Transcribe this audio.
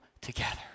together